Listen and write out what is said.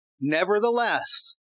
Nevertheless